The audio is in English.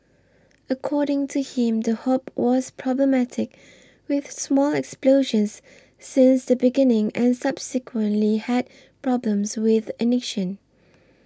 according to him the hob was problematic with small explosions since the beginning and subsequently had problems with the ignition